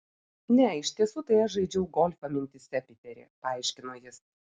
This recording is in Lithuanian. ne iš tiesų tai aš žaidžiau golfą mintyse piteri paaiškino jis